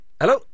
Hello